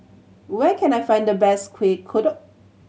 where can I find the best Kueh Kodok